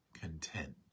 content